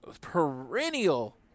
perennial